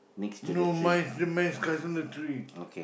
no mine is mine is cutting the tree